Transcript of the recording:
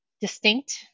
distinct